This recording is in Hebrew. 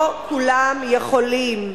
לא כולם יכולים.